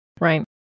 Right